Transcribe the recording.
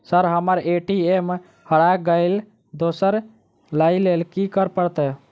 Sir हम्मर ATM हरा गइलए दोसर लईलैल की करऽ परतै?